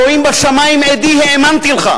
אלוהים בשמים עדי, האמנתי לך,